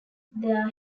there